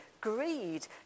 greed